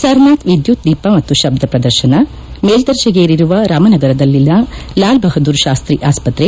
ಸರ್ನಾಥ್ ವಿದ್ಲುತ್ದೀಪ ಮತ್ತು ಶಬ್ದ ಪ್ರದರ್ಶನ ಮೇಲ್ವರ್ಜೆಗೇರಿರುವ ರಾಮನಗರದಲ್ಲಿನ ಲಾಲ್ಬಹದ್ದೂರ್ ಶಾಸ್ತಿ ಆಸ್ಪತ್ತೆ